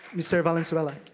mr. valenzuela.